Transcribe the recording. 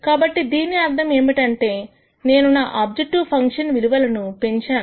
కాబట్టి దీని అర్థం ఏమిటంటే నేను నా ఆబ్జెక్టివ్ ఫంక్షన్ విలువలు పెంచాను